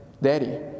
Daddy